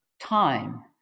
time